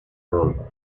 role